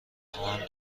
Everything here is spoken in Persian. خواهم